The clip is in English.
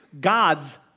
God's